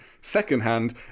second-hand